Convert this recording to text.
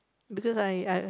because I I